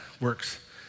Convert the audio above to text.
works